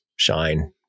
shine